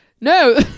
No